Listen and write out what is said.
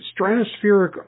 Stratospheric